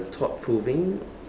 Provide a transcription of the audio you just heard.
thought proving